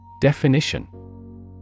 Definition